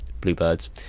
bluebirds